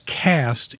cast